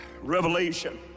Revelation